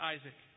Isaac